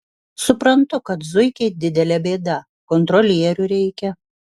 suprantu kad zuikiai didelė bėda kontrolierių reikia